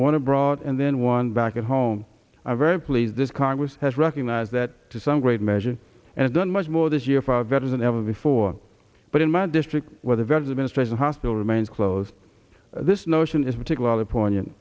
one abroad and then one back at home i'm very pleased this congress has recognized that to some great measure and i've done much more this year far better than ever before but in my district where the vets the ministration hospital remains closed this notion is particularly poignant